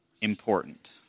important